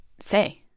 say